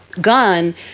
gun